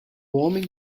homem